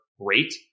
great